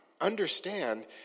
understand